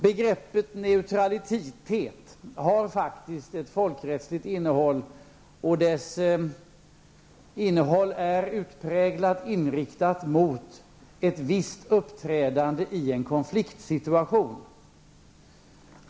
Begrepet neutralitet har faktiskt ett folkrättsligt innehåll, och dess innehåll är utpräglat inriktat mot ett visst uppträdande i en konfliktsituation.